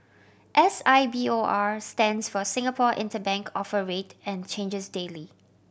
S I B O R stands for Singapore Interbank Offer Rate and changes daily